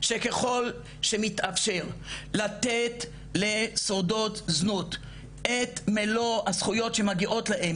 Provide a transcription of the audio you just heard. שככול שמתאפשר לתת לשורדות זנות את מלוא הזכויות שמגיעות להן,